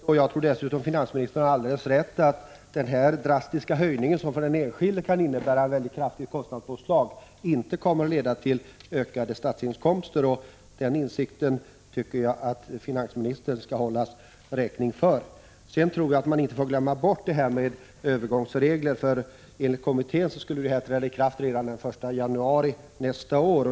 Herr talman! Jag tackar för det beskedet. Jag tror dessutom att finansministern har alldeles rätt i att den här drastiska höjningen, som för den enskilde kan innebära ett mycket kraftigt kostnadspåslag, inte kommer att leda till ökade statsinkomster. Den insikten tycker jag att finansministern skall hållas räkning för. Vidare tror jag att man inte får glömma bort detta med övergångsregler. Enligt kommittén skulle bestämmelserna träda i kraft redan den 1 januari nästa år.